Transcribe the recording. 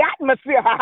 atmosphere